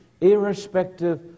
irrespective